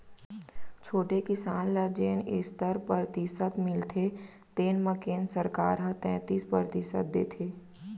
छोटे किसान ल जेन सत्तर परतिसत मिलथे तेन म केंद्र सरकार ह तैतीस परतिसत देथे